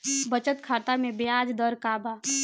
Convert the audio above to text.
बचत खाता मे ब्याज दर का बा?